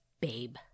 babe